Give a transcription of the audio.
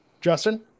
Justin